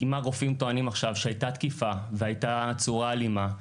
אם הגופים טוענים עכשיו שהייתה תקיפה והייתה צורה אלימה,